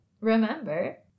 remember